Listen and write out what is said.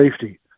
safety